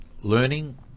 learning